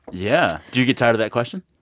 yeah. do you get tired of that question?